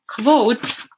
quote